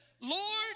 Lord